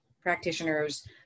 practitioners